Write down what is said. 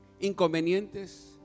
inconvenientes